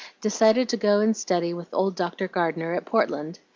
decided to go and study with old dr. gardener at portland.